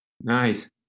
nice